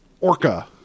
orca